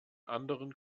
anderen